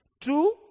two